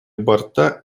борта